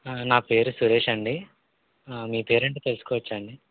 నా పేరు సురేష్ అండి మీ పేరు ఏంటో తెలుసుకోవచ్చా అండి